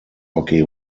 hockey